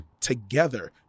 together